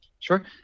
sure